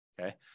Okay